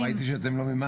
לא, ראיתי שאתם לא מימשתם.